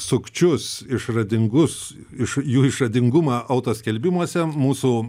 sukčius išradingus iš jų išradingumą autoskelbimuose mūsų